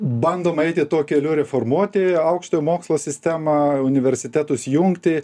bandoma eiti tuo keliu reformuoti aukštojo mokslo sistemą universitetus jungti